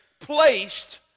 placed